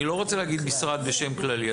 אני לא רוצה להגיד משרד בשם כללי,